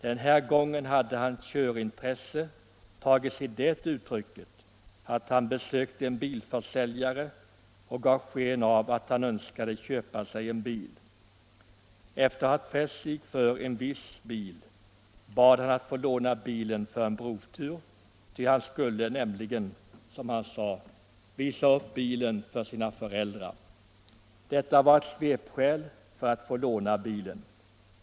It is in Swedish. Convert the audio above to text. Den här gången hade hans körintresse tagit sig det uttrycket att han besökte en bilförsäljare och gav sken av-att han önskade köpa sig en bil. Efter att ha fäst sig vid en viss bil bad han att få låna bilen för en provtur, ty han skulle, som han sade, visa upp den för sina föräldrar. Detta var ett svepskäl för att få låna bilen.